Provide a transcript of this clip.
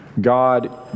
God